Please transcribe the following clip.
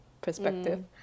perspective